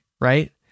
Right